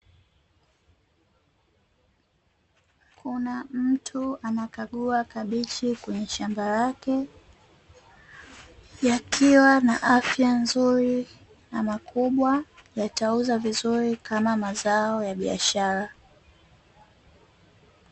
Kuna mtu anakagua kabichi kwenye shamba lake, yakiwa na afya nzuri na makubwa yatauzwa vizuri kama mazao ya biashara.